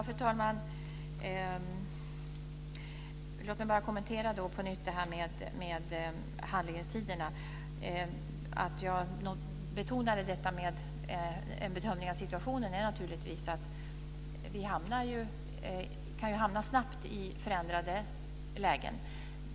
Fru talman! Låt mig bara på nytt kommentera det här med handläggningstiderna. Att jag betonade detta med en bedömning av situationen beror naturligtvis på att vi snabbt kan hamna i förändrade lägen.